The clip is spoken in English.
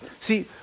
See